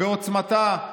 בעוצמתה,